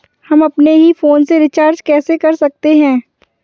हम अपने ही फोन से रिचार्ज कैसे कर सकते हैं?